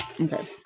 Okay